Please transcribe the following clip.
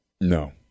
No